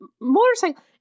motorcycle